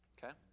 Okay